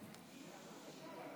(חברי הכנסת מכבדים בקימה את זכרם